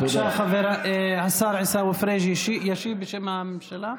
בבקשה, השר עיסאווי פריג' ישיב בשם הממשלה.